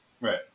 right